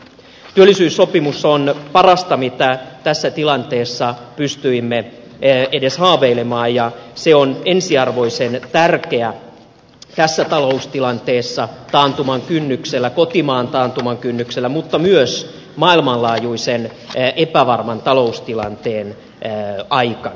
työllisyyssopimus on parasta mistä tässä tilanteessa pystyimme edes haaveilemaan ja se on ensiarvoisen tärkeä tässä taloustilanteessa taantuman kynnyksellä kotimaan taantuman kynnyksellä mutta myös maailmanlaajuisen epävarman taloustilanteen aikana